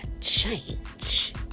change